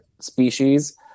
species